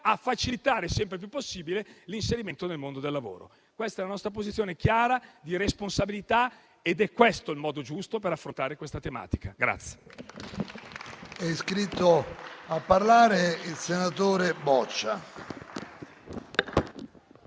a facilitare sempre più il loro inserimento nel mondo del lavoro. Questa è la nostra posizione chiara, di responsabilità ed è questo il modo giusto per affrontare questa tematica.